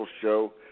show